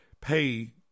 pay